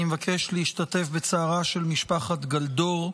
אני מבקש להשתתף בצערה של משפחת גאלדור.